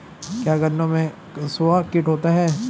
क्या गन्नों में कंसुआ कीट होता है?